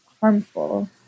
harmful